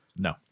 No